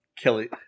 Kelly